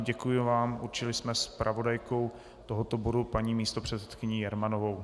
Děkuji vám, určili jsme zpravodajkou tohoto bodu paní místopředsedkyni Jermanovou.